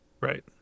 right